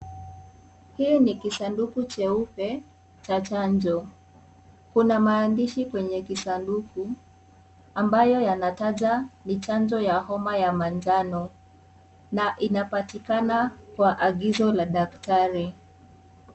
Hii ni kisanduku jeupe cha chanjo. Kuna maandishi kwenye kisanduku ambayo yanataja ni chanjo ya homa ya manjano na inapatikana kwa agizo la daktari.